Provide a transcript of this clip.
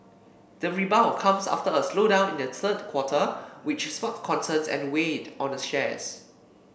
the rebound comes after a slowdown in the third quarter which sparked concerns and weighed on the shares